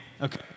Okay